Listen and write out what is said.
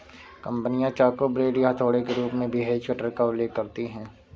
कंपनियां चाकू, ब्लेड या हथौड़े के रूप में भी हेज कटर का उल्लेख करती हैं